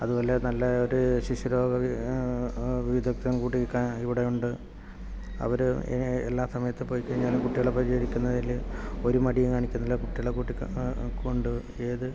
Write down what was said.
അതുപോലെ നല്ലൊരു ശിശുരോഗ വിദഗ്ദ്ധൻ കൂടി ഇവിടെയുണ്ട് അവർ എല്ലാ സമയത്ത് പോയികഴിഞ്ഞാലും കുട്ടികളെ പരിചരിക്കുന്നതിൽ ഒരു മടിയും കാണിക്കുന്നില്ല കുട്ടികളെ കൊണ്ട് ഏത്